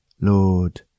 Lord